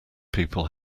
people